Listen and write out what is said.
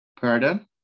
Pardon